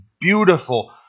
beautiful